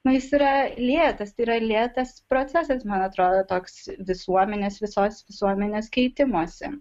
na jis yra lėtas tai yra lėtas procesas man atrodo toks visuomenės visos visuomenės keitimosi